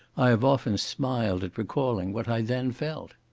i have often smiled at recalling what i then felt.